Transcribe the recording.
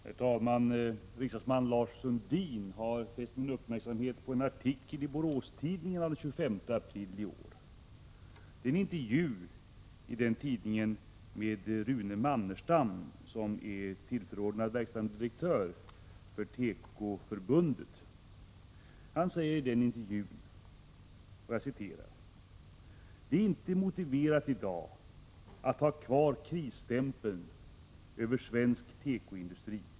Herr talman! Riksdagsman Lars Sundin har fäst min uppmärksamhet på en artikel i Borås Tidning av den 25 april i år. Det är en intervju med Rune Mannerstam, som är tillförordnad vd för Tekoförbundet. Han säger i intervjun: ”Det är inte motiverat idag att ha kvar krisstämpeln över svensk tekoindustri.